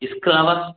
इसके अलावा